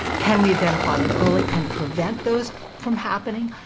can we identify them early and prevent those from happening,